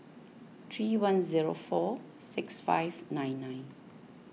three one zero four six five nine nine